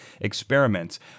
experiments